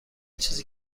چیزی